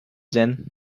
then